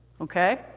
okay